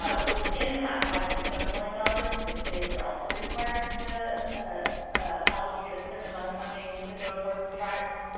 ah within that five point seven million dollars, the states are also required to allocate allocate a certain amount of funding to go towards tribes.